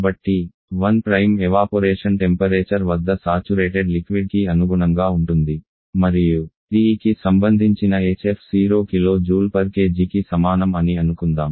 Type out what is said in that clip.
కాబట్టి 1 evaporation temperature వద్ద saturated liquid కి అనుగుణంగా ఉంటుంది మరియు TE కి సంబంధించిన hf 0 kJkg కి సమానం అని అనుకుందాం